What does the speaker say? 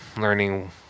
learning